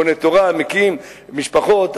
בונה תורה ומקים משפחות,